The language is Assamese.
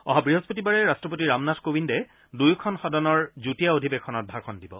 অহা বৃহস্পতিবাৰে ৰট্টপতি ৰামনাথ কোবিন্দে দুয়োখন সদনৰ যুটীয়া অধিৱেশনত ভাষন দিব